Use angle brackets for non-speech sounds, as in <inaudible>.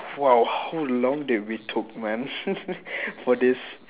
!wow! how long did we took man <laughs> for this